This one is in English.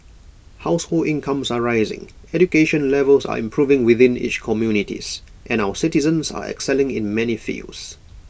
household incomes are rising education levels are improving within each communities and our citizens are excelling in many fields